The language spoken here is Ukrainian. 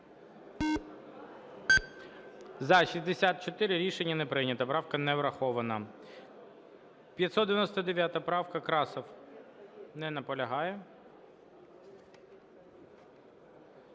За-64 Рішення не прийнято. Поправка не врахована. 599 правка, Красов. Не наполягає.